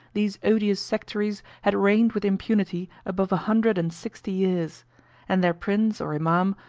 these odious sectaries had reigned with impunity above a hundred and sixty years and their prince, or imam,